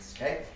okay